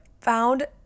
found